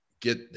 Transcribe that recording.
get